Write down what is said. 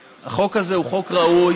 החוק הזה הוא חוק ראוי,